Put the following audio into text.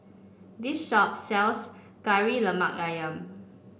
this shop sells Kari Lemak ayam